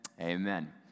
Amen